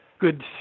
Good